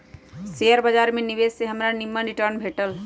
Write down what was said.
share बाजार में निवेश से हमरा निम्मन रिटर्न भेटल